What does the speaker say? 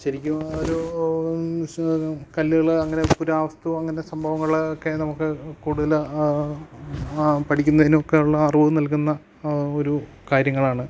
ശരിക്കും ഒരു കല്ലുകള് അങ്ങനെ പുരാവസ്തു അങ്ങനെ സംഭവങ്ങള് ഒക്കെ നമുക്ക് കൂടുതൽ പഠിക്കുന്നതിനൊക്കെ ഉള്ള അറിവ് നൽകുന്ന ഒരു കാര്യങ്ങളാണ്